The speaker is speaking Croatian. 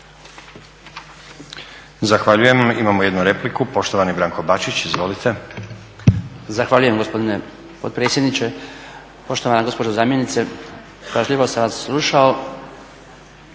Zahvaljujem. Imamo jednu repliku. Poštovani Branko Bačić, izvolite. **Bačić, Branko (HDZ)** Zahvaljujem gospodine potpredsjedniče,. Poštovana gospođo zamjenice, pažljivo sam vas slušao